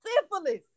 Syphilis